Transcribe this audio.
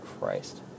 Christ